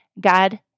God